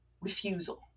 refusal